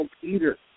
Peter